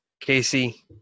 Casey